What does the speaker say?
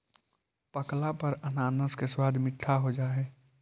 पकला पर अनानास के स्वाद मीठा हो जा हई